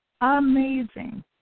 amazing